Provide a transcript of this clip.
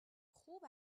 خوب